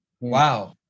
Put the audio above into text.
Wow